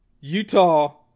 Utah